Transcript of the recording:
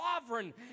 sovereign